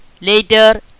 later